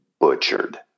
butchered